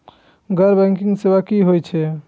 गैर बैंकिंग सेवा की होय छेय?